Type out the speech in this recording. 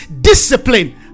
discipline